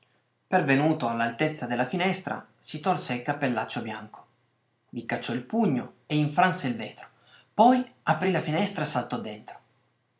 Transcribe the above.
pervenuto all'altezza della finestra si tolse il cappellaccio bianco vi cacciò il pugno e infranse il vetro poi aprì la finestra e saltò dentro